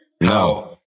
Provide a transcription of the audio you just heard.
No